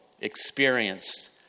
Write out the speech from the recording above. experienced